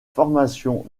formations